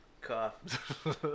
cough